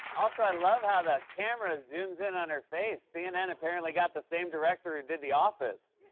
also, i love how the camera zooms in on her face. cnn apparently got the same director who did the office.